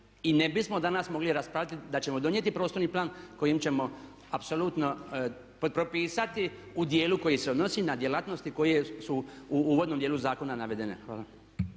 i ne bismo danas mogli raspravljati da ćemo donijeti prostorni plan kojim ćemo apsolutno propisati u dijelu koji se odnosi na djelatnosti koje su u uvodnom dijelu zakona navedene. Hvala.